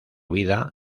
vida